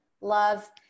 Love